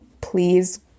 please